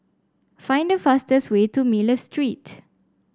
find the fastest way to Miller Street